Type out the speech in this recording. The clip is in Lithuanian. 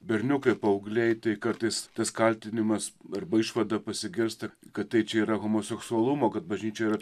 berniukai paaugliai tai kartais tas kaltinimas arba išvada pasigirsta kad tai čia yra homoseksualumo kad bažnyčia yra